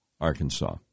Arkansas